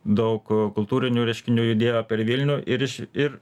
daug kultūrinių reiškinių judėjo per vilnių ir iš ir